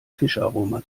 fischaroma